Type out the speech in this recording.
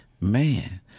man